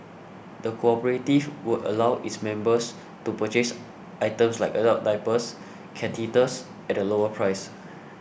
the cooperative would also allow its members to purchase items like adult diapers catheters at a lower price